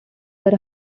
were